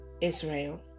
israel